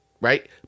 right